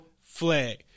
flag